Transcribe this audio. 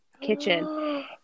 kitchen